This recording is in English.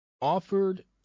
offered